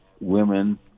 women